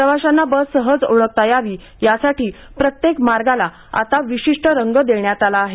प्रवाशांना बस सहज ओळखता यावी यासाठी प्रत्येक मार्गाला आता विशिष्ट रंग देण्यात आला आहे